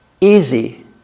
Easy